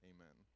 Amen